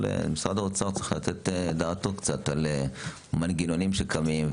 אבל משרד האוצר צריך לתת דעתו על מנגנונים שקמים,